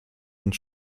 und